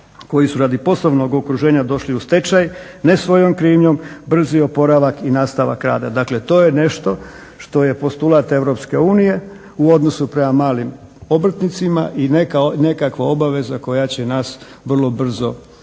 koji su radi poslovnog okruženja došli u stečaj, ne svojom krivnjom, brzi oporavak i nastavak rada. Dakle, to je nešto što je postulat Europske unije u odnosu prema malim obrtnicima i nekakva obaveza koja će nas vrlo brzo početi